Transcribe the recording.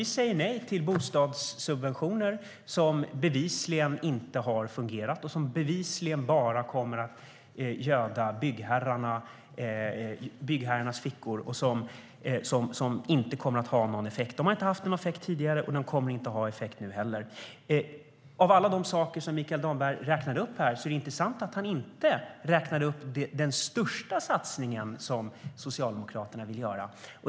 Vi säger nej till bostadssubventioner som bevisligen inte har fungerat, som bevisligen bara kommer att göda byggherrarna och som inte kommer att ha någon effekt. De har inte haft någon effekt tidigare, och de kommer inte att ha effekt nu heller. Mikael Damberg räknade upp flera saker. Det är intressant att han inte räknade upp den största satsningen som Socialdemokraterna vill göra.